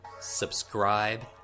Subscribe